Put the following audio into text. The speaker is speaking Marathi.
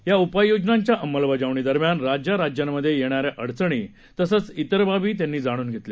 या उपाययोजनांच्या अंमलबजावणीदरम्यान राज्या राज्यांमध्ये येणाऱ्या अडचणी तसंच इतर बाबी त्यांनी जाणून घेतल्या